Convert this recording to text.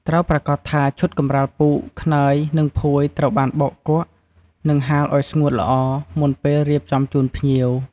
ត្រូវប្រាកដថាឈុតកម្រាលពូក ខ្នើយ និងភួយត្រូវបានបោកគក់ និងហាលឲ្យស្ងួតល្អ មុនពេលរៀបចំជូនភ្ញៀវ។